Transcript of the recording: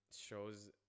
shows